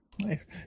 Nice